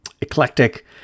eclectic